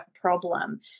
problem